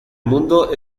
mundo